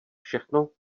všechno